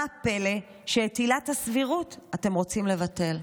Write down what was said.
אז מה הפלא שאת עילת הסבירות אתם רוצים לבטל?